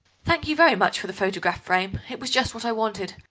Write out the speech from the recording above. thank you very much for the photograph frame. it was just what i wanted.